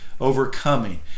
overcoming